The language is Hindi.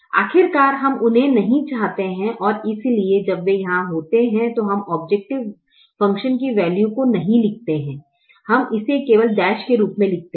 आखिरकार हम उन्हें नहीं चाहते हैं और इसलिए जब वे वहां होते हैं तो हम औब्जैकटिव फ़ंक्शन की वैल्यू को नहीं लिखते हैं हम इसे केवल डैश के रूप में रखते हैं